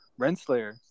Renslayer